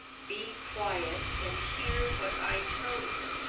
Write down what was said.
be quiet, and hear what i tell you,